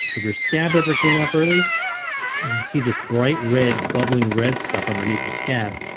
if your scab ever came off early you'd see this bright red bubbling red stuff underneath the scab.